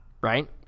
right